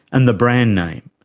and the brand name.